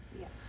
Yes